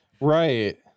right